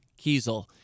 Kiesel